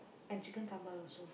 and Chicken sambal also